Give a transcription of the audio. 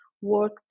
work